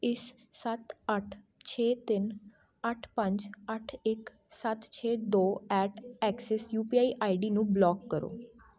ਇਸ ਸੱਤ ਅੱਠ ਛੇ ਤਿੰਨ ਅੱਠ ਪੰਜ ਅੱਠ ਇੱਕ ਸੱਤ ਛੇ ਦੋ at Axis U P I I D ਨੂੰ ਬਲੋਕ ਕਰੋ